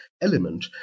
element